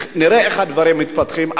נראה איך הדברים מתפתחים,